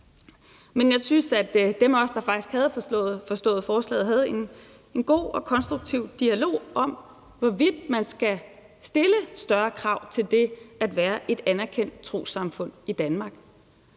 Men jeg syntes, at de af os, der faktisk havde forstået forslaget, havde en god og konstruktiv dialog om, hvorvidt man skal stille større krav til det at være et anerkendt trossamfund i Danmark.